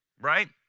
right